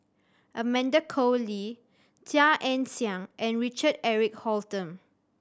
Amanda Koe Lee Chia Ann Siang and Richard Eric Holttum